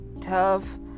tough